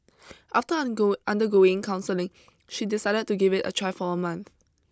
after undergo undergoing counselling she decided to give it a try for a month